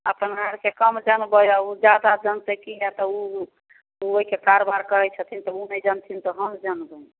अपना आओरके कम जानबै ओ ज्यादा जानतै किएक तऽ ओ ओ ओहिके कारबार करै छथिन तऽ ओ नहि जानथिन तऽ हम जानबै